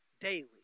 daily